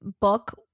book